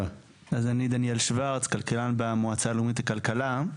אני דניאל שוורץ, כלכלן במועצה הלאומית לכלכלה.